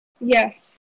yes